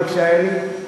בבקשה, אלי.